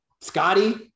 Scotty